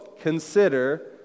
Consider